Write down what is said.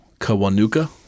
Kawanuka